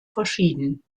verschieden